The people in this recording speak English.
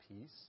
peace